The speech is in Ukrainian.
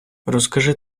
розкажи